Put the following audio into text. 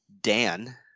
Dan